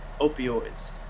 opioids